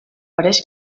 pareix